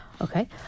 Okay